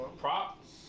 Props